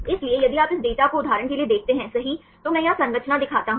इसलिए यदि आप इस डेटा को उदाहरण के लिए देखते हैं सही तो मैं यहाँ संरचना दिखाता हूँ